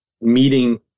meeting